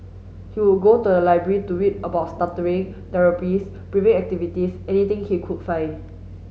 he would go to the library to read about stuttering therapies breathing activities anything he could find